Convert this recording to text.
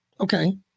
Okay